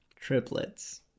triplets